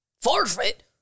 Forfeit